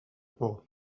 por